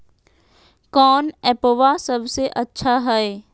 कौन एप्पबा सबसे अच्छा हय?